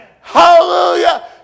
Hallelujah